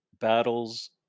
battles